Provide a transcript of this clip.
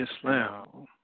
Islam